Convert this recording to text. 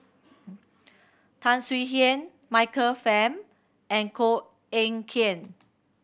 Tan Swie Hian Michael Fam and Koh Eng Kian